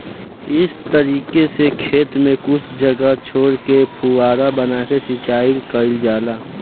इ तरीका से खेत में कुछ जगह छोर के फौवारा बना के सिंचाई कईल जाला